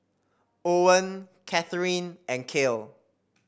Owen Katherine and Cale